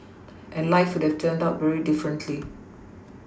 and life would've turned out very differently